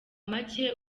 make